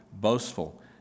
boastful